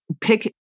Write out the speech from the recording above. pick